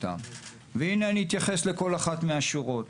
והנה אני אתייחס לכל אחת מהשורות.